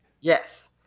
Yes